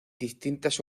distintas